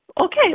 okay